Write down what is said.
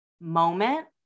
moment